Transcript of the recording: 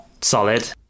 Solid